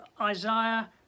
isaiah